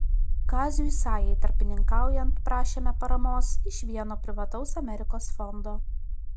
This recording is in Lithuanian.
kaziui sajai tarpininkaujant prašėme paramos iš vieno privataus amerikos fondo